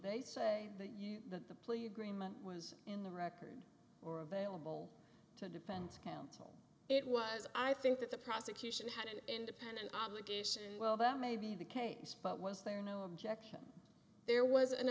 they say that you that the play agreement was in the record or available to depends council it was i think that the prosecution had an independent obligation well that may be the case but was there no objection there was an